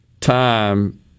time